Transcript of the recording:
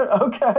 Okay